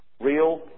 real